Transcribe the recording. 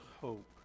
hope